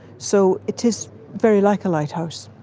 so it is very like a lighthouse.